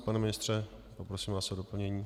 Pane ministře, poprosím vás o doplnění.